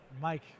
Mike